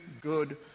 good